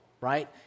right